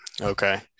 Okay